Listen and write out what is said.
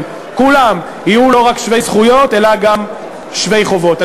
כולם יהיו לא רק שווי זכויות אלא גם שווי חובות.